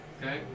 okay